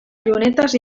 llunetes